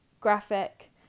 graphic